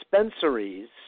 dispensaries